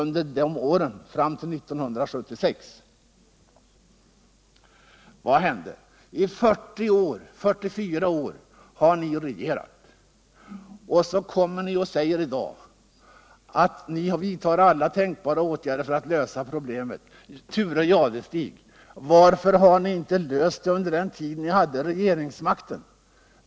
Ni har regerat under sammanlagt 44 år och säger i dag, att ni har vidtagit alla tänkbara åtgärder för att lösa problemet. Thure Jadestig! Varför har ni då inte löst problemet under den tid ni hade regeringsmakten?